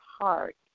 heart